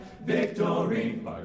Victory